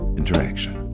interaction